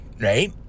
right